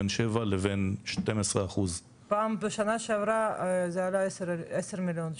בין 7% לבין 12%. בשנה שעברה ההפקה עלתה 10 מיליון שקל.